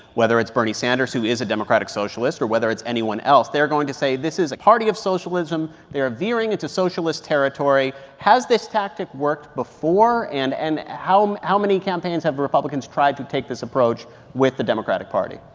whether it's bernie sanders, who is a democratic socialist, or whether it's anyone else. they're going to say this is a party of socialism. they are veering into socialist territory. has this tactic worked before? and and how um how many campaigns have republicans tried to take this approach with the democratic party?